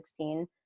2016